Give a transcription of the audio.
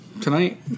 tonight